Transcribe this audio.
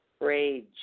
rage